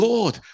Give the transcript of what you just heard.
Lord